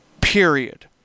period